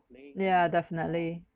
yeah definitely